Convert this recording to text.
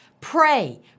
Pray